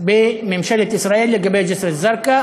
בממשלת ישראל לגבי ג'סר-א-זרקא,